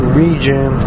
region